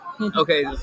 Okay